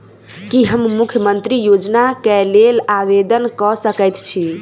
की हम मुख्यमंत्री योजना केँ लेल आवेदन कऽ सकैत छी?